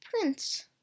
Prince